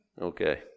okay